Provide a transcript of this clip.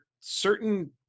certain